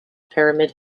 pyramid